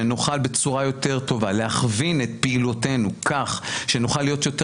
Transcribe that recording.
שנוכל בצורה יותר טובה להכווין את פעילותינו כך שנוכל להיות יותר